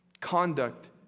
conduct